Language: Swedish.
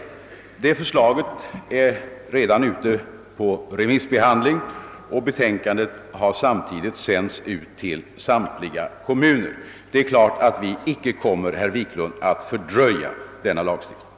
Det förslaget är redan ute på remissbehandling, och betänkandet har samtidigt sänts ut till samtliga kommuner. Det är klart, herr Wiklund, att vi icke kommer att fördröja denna lagstiftning.